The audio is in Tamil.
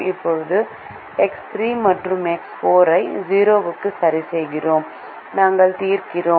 இப்போது நாங்கள் எக்ஸ் 3 மற்றும் எக்ஸ் 4 ஐ 0 க்கு சரிசெய்கிறோம் நாங்கள் தீர்க்கிறோம்